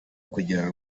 kugirira